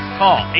call